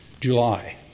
July